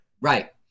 right